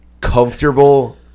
Comfortable